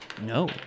No